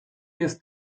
jest